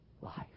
life